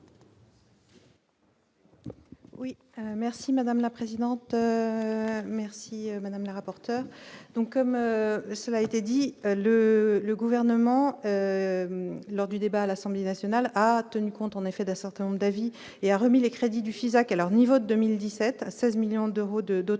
Oui merci madame la présidente, merci madame la rapporteur donc, comme cela a été dit le le gouvernement lors du débat à l'Assemblée nationale a tenu compte en effet d'un certain nombre d'avis et a remis les crédits du Fisac à leur niveau de 2017 à 16 millions d'euros de